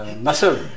muscle